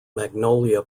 magnolia